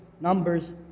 Numbers